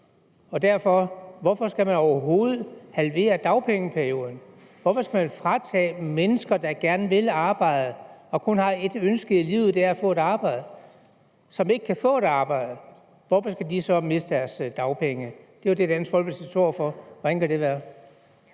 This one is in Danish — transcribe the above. jeg spørge: Hvorfor skal man overhovedet halvere dagpengeperioden? Hvorfor skal man fratage mennesker, der gerne vil arbejde, og som kun har ét ønske i livet, og det er at få et arbejde, og som ikke kan få et arbejde, retten til at få dagpenge? Det er jo det, Dansk Folkeparti står for. Hvordan kan det være?